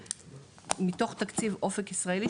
מתוך תקציב "אופק ישראלי",